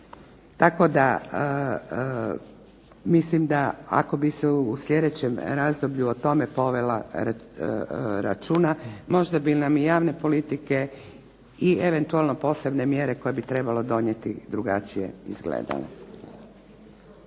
Tako da mislim da ako bi se u sljedećem razdoblju o tome povelo računa možda bi nam i javne politike i eventualno posebne mjere koje bi trebalo donijeti drugačije izgledale.